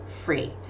free